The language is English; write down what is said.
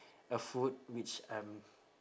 a food which I'm